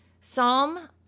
Psalm